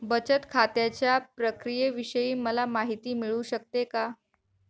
बचत खात्याच्या प्रक्रियेविषयी मला माहिती मिळू शकते का?